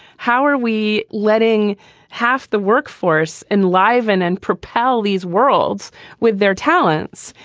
how are we letting half the workforce in, live in and propel these worlds with their talents?